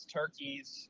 turkeys